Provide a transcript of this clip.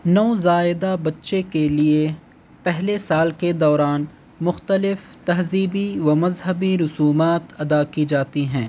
نوزائدہ بچے کے لیے پہلے سال کے دوران مختلف تہذیبی و مذہبی رسومات ادا کی جاتی ہیں